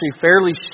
fairly